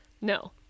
no